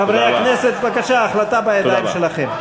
חברי הכנסת, בבקשה, ההחלטה בידיים שלכם.